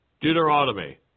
Deuteronomy